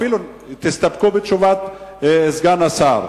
אפילו תסתפקו בתשובת סגן השר.